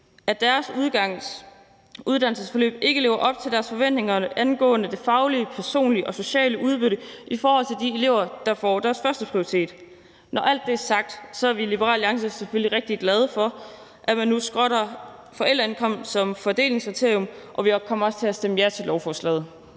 deres uddannelsesforløb ikke op til deres forventninger angående det faglige, personlige og sociale udbytte i forhold til de elever, der får deres førsteprioritet opfyldt. Når alt det er sagt, er vi i Liberal Alliance selvfølgelig rigtig glade for, at man nu skrotter forældreindkomst som fordelingskriterium, og vi kommer også til at stemme ja til lovforslaget.